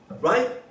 right